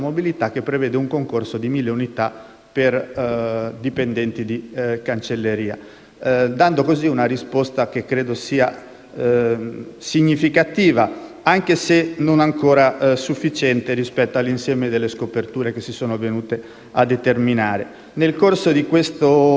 per dipendenti di cancelleria, dando così una risposta che considero significativa, anche se non ancora sufficiente rispetto all'insieme delle scoperture che si sono venute a determinare. Nel corso di questo stesso periodo